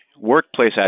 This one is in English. Workplace